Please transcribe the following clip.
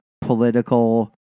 political